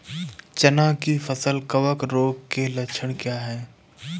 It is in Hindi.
चना की फसल कवक रोग के लक्षण क्या है?